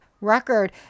record